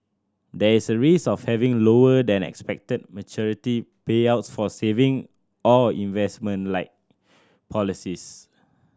there is a risk of having lower than expected maturity payouts for saving or investment liked policies